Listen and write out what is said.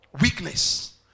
weakness